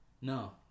no